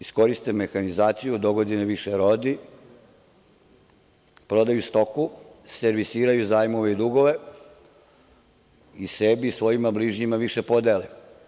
Iskoriste mehanizaciju, dogodine više rodi, prodaju stoku, servisiraju zajmove i dugove i sebi i svojima bližnjima više podele.